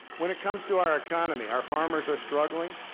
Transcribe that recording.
when it comes to our economy, our farmers are struggling.